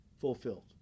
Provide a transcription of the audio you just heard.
fulfilled